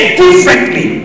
differently